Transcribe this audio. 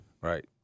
Right